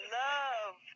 love